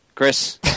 Chris